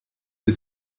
the